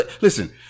Listen